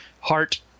Heart